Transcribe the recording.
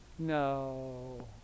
No